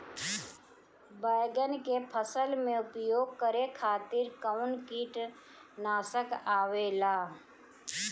बैंगन के फसल में उपयोग करे खातिर कउन कीटनाशक आवेला?